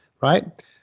right